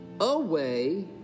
away